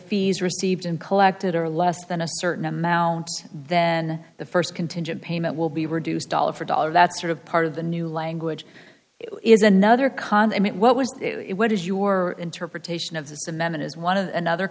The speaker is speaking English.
fees received and collected are less than a certain amount then the first contingent payment will be reduced dollar for dollar that's sort of part of the new language is another comment what was it what is your interpretation of this amendment is one of another